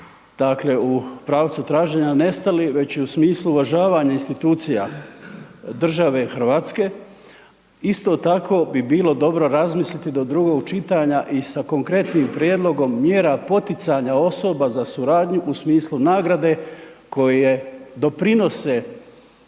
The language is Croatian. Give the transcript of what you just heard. u pravcu traženja nestalih, već i u smislu uvažavanja institucija države RH. Isto tako bi bilo dobro razmisliti do drugog čitanja i sa konkretnim prijedlogom mjera poticanja osoba za suradnju u smislu nagrade koje doprinose